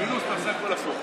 פינדרוס, אתה עושה הכול הפוך.